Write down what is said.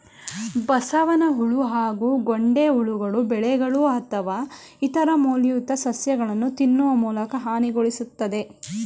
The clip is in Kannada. ಬಸವನಹುಳು ಹಾಗೂ ಗೊಂಡೆಹುಳುಗಳು ಬೆಳೆಗಳು ಅಥವಾ ಇತರ ಮೌಲ್ಯಯುತ ಸಸ್ಯಗಳನ್ನು ತಿನ್ನುವ ಮೂಲಕ ಹಾನಿಗೊಳಿಸ್ತದೆ